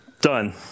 Done